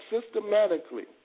systematically